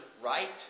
right